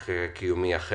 הוועדה מכיר אותי.